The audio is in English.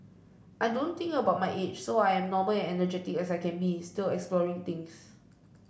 I don't think about my age so I'm normal and energetic as I can be still exploring things